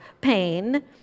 pain